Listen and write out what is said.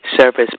service